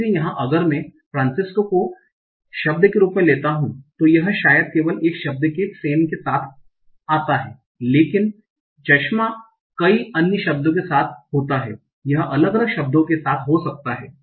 इसलिए यहां अगर मैं फ्रांसिस्को को शब्द के रूप में लेता हूं तो यह शायद केवल एक शब्द के सेन साथ होता है लेकिन चश्मा कई अन्य शब्दों के साथ होता है यह अलग अलग शब्दों के साथ हो सकता है